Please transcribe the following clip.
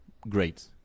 great